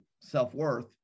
self-worth